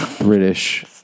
British